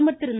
பிரதமர் திரு